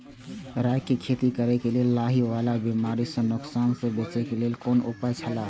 राय के खेती करे के लेल लाहि वाला बिमारी स नुकसान स बचे के लेल कोन उपाय छला?